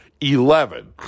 Eleven